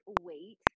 wait